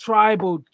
Tribal